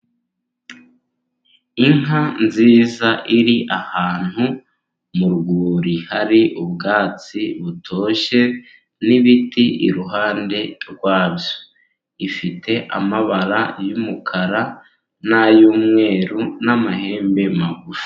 Inka nziza iri ahantu mu rwuri hari ubwatsi butoshye n'ibiti iruhande rwabyo. Ifite amabara y'umukara n'ay'umweru n'amahembe magufi.